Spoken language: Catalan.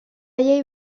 llei